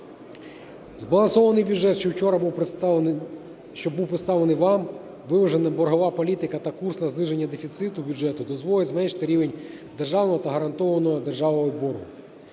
Збалансований бюджет, що вчора був представлений вам, виважена боргова політика та курс на зниження дефіциту бюджету дозволить зменшити рівень державного та гарантованого державою боргу